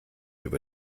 über